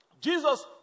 Jesus